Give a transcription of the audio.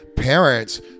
Parents